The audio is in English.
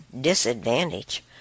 disadvantage